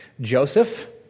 Joseph